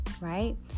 right